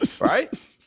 Right